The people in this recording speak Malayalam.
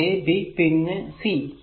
ഇത് a b പിന്നെ c